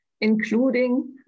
including